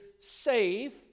safe